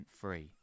free